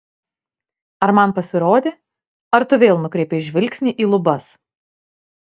ar man pasirodė ar tu vėl nukreipei žvilgsnį į lubas